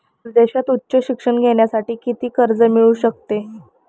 परदेशात उच्च शिक्षण घेण्यासाठी किती कर्ज मिळू शकते?